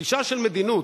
גישה של מדיניות.